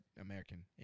American